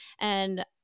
and-